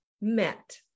met